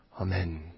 Amen